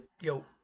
Yo